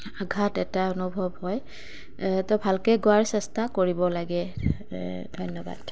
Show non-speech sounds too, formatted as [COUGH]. আঘাত এটা অনুভৱ হয় তো ভালকৈ গোৱাৰ চেষ্টা কৰিব লাগে [UNINTELLIGIBLE] ধন্যবাদ